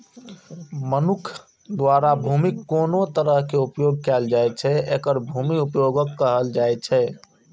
मनुक्ख द्वारा भूमिक कोन तरहें उपयोग कैल जाइ छै, एकरे भूमि उपयोगक कहल जाइ छै